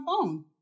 phone